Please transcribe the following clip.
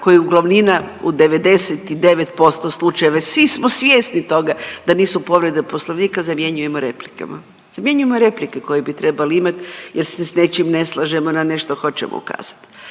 koji u glavnina, u 99% slučajeva, svi smo svjesni toga da nisu povrede Poslovnika, zamjenjujemo replikama. Zamjenjujemo replike koje bi trebali imat jer se s nečim ne slažemo, na nešto hoćemo ukazat.